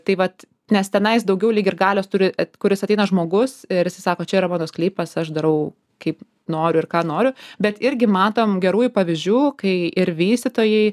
tai vat nes tenais daugiau lyg ir galios turi kuris ateina žmogus ir jisai sako čia yra mano sklypas aš darau kaip noriu ir ką noriu bet irgi matom gerųjų pavyzdžių kai ir vystytojai